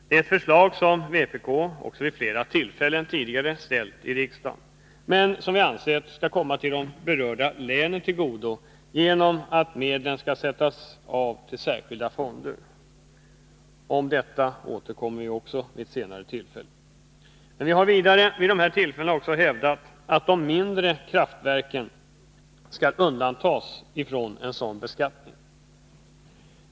Det är ett förslag som vpk vid flera tillfällen ställt i riksdagen men som Nr 53 vi ansett skall komma de berörda länen till godo genom att medlen skall Torsdagen den avsätts till särskilda fonder. Detta återkommer vi också till vid ett senare 16 december 1982 tillfälle. Vi har vidare vid dessa tillfällen hävdat att de mindre kraftverken skall undantas från en sådan beskattning.